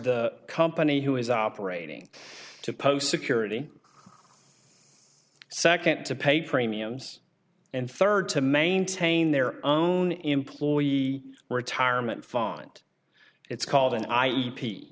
the company who is operating to post security second to pay premiums and third to maintain their own employee retirement font it's called n i